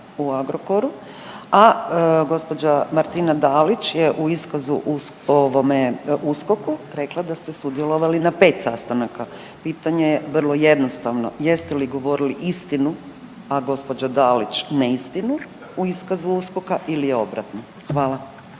u Agrokoru, a gospođa Martina Dalić je u iskazu ovome USKOK-u rekla da ste sudjelovali na 5 sastanaka. Pitanje je vrlo jednostavno, jeste li govorili istinu, a gospođa Dalić neistinu u iskazu USKOK-a ili je obratno? Hvala.